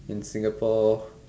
in Singapore